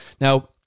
Now